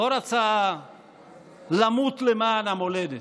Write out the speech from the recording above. לא רצה למות למען המולדת.